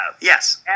Yes